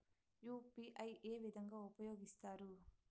UPI ఏ విధంగా ఉపయోగిస్తారు?